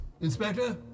Inspector